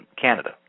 Canada